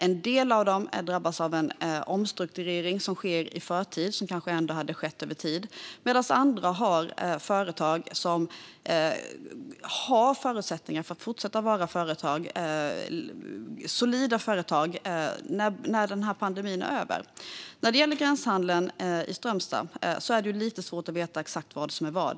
En del av dem drabbas av en omstrukturering som sker i förtid och som kanske ändå hade skett över tid, medan andra har företag som har förutsättningar att fortsätta att vara företag, solida företag, när pandemin är över. När det gäller gränshandeln i Strömstad är det lite svårt att veta exakt vad som är vad.